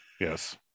Yes